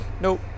Nope